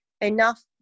enough